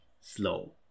slow